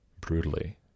brutally